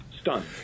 Stunned